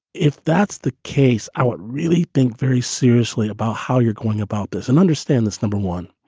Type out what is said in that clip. if that's the case out, really think very seriously about how you're going about this and understand this. number one,